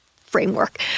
framework